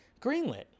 greenlit